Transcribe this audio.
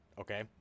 Okay